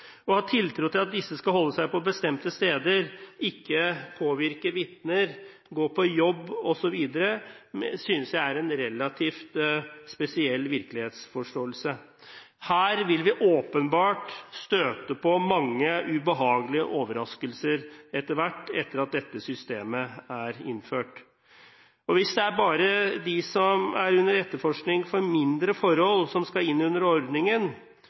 Å ha tiltro til at disse skal holde seg på bestemte steder, ikke påvirke vitner, gå på jobb osv. synes jeg er en relativt spesiell virkelighetsforståelse. Her vil vi etter hvert, etter at dette systemet er innført, åpenbart støte på mange ubehagelige overraskelser. Hvis det bare er de som er under etterforskning for mindre forhold, som skal inn under ordningen,